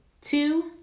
two